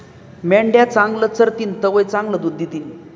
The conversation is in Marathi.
मेंढ्या चांगलं चरतीन तवय चांगलं दूध दितीन